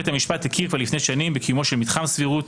בית המשפט הכיר כבר לפני שנים רבות בקיומו של מתחם סבירות,